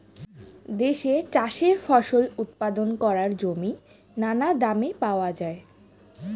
দেশে চাষের ফসল উৎপাদন করার জমি নানা দামে পাওয়া যায়